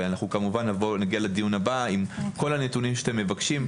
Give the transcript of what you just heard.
ואנחנו כמובן נגיע לדיון הבא עם כל הנתונים שאתם מבקשים,